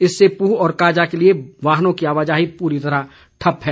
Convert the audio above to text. इससे पूह और काज़ा के लिए वाहनों की आवाजाही पूरी तरह ठप्प है